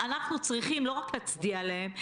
אנחנו צריכים לא רק להצדיע להם,